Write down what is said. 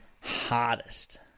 hardest